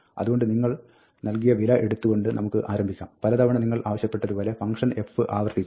അതുകൊണ്ട് നിങ്ങൾ നൽകിയ വില എടുത്ത് കൊണ്ട് നമുക്ക് ആരംഭിക്കാം പലതവണ നിങ്ങൾ ആവശ്യപ്പെട്ടതുപോലെ ഫംഗ്ഷൻ f ആവർത്തിക്കുന്നു